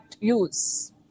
use